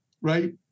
right